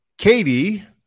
Katie